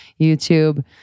YouTube